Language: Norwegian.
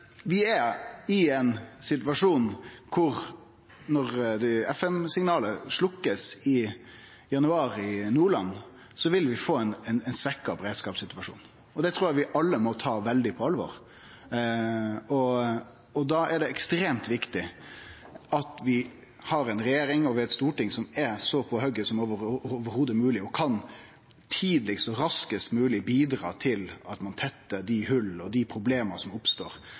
vi er i ein situasjon kor vi vil få ein svekt beredskapssituasjon når FM-signalet blir sløkt i januar i Nordland, og det trur eg vi alle må ta veldig på alvor. Og da er det ekstremt viktig at vi har ei regjering og eit storting som er så på hogget som mogleg, og som kan så tidleg og raskt som mogleg bidra til å tette dei hòla og dei problema som oppstår,